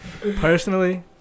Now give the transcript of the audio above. personally